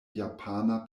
japana